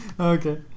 Okay